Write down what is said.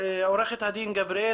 , עדיין בתיקים